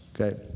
okay